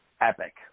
epic